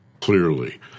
clearly